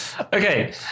okay